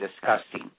disgusting